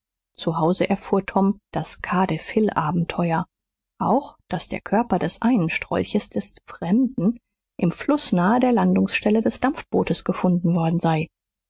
hause erfuhr tom das cardiff hill abenteuer auch daß der körper des einen strolches des fremden im fluß nahe der landungsstelle des dampfbootes gefunden worden sei